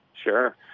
Sure